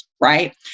right